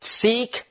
seek